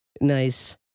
Nice